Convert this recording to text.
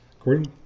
according